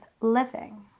living